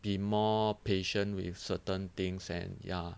be more patient with certain things and ya